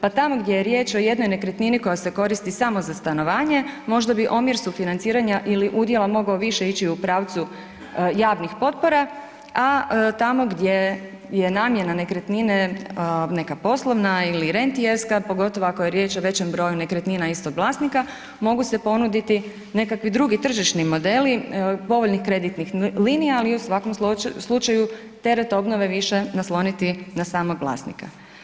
Pa tamo gdje je riječ o jednoj nekretnini koja se koristi samo za stanovanje možda bi omjer sufinanciranja ili udjela mogao više ići u pravcu javnih potpora, a tamo gdje je namjena nekretnine neka poslovna i rentijevska, pogotovo ako je riječ o većem broju nekretnina istog vlasnika mogu se ponuditi nekakvi drugi tržišni modeli povoljnih kreditnih linija, ali u svakom slučaju teret obnove više nasloniti na samog vlasnika.